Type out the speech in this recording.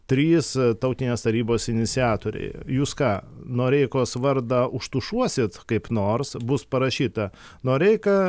trys tautinės tarybos iniciatoriai jūs ką noreikos vardą užtušuosit kaip nors bus parašyta noreika